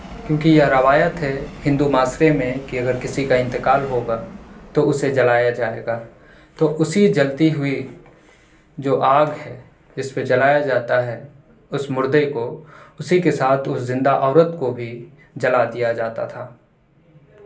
کیونکہ یہ روایت ہے ہندو معاشرے میں کہ اگر کسی کا انتقال ہوگا تو اسے جلایا جائے گا تو اسی جلتی ہوئی جو آگ ہے جس پہ جلایا جاتا ہے اس مردے کو اسی کے ساتھ اس زندہ عورت کو بھی جلا دیا جاتا تھا